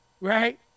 right